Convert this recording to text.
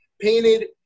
painted